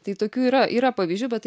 tai tokių yra yra pavyzdžių bet tai